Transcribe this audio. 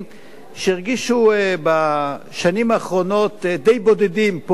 שהרגישו בשנים האחרונות די בודדים פה,